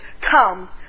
come